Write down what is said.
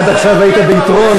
עד עכשיו היית ביתרון,